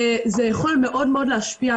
וזה יכול מאוד מאוד להשפיע.